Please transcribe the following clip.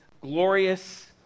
glorious